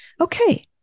Okay